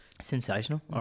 Sensational